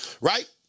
Right